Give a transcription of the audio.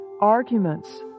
arguments